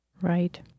Right